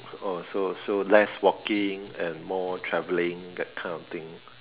oh so so less walking and more travelling that kind of thing